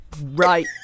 right